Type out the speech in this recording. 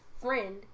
friend